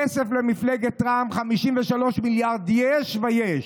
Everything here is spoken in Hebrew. כסף למפלגת רע"מ, 53 מיליארד, יש ויש,